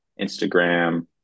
Instagram